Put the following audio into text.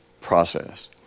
process